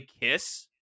kiss